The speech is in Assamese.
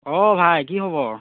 অ ভাই কি খবৰ